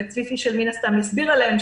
וצבי פישל מן הסתם יסביר עליהם,